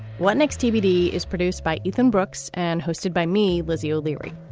what next dvd is produced by ethan brooks and hosted by me lizzie o'leary.